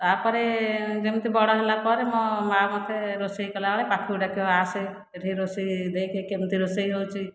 ତା'ପରେ ଯେମିତି ବଡ଼ ହେଲାପରେ ମୋ ମା' ମୋତେ ରୋଷେଇ କଲାବେଳେ ପାଖକୁ ଡାକିବ ଆସ୍ ଏଠି ରୋଷେଇ ଦେଖ୍ କେମିତି ରୋଷେଇ ହେଉଛି